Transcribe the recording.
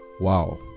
wow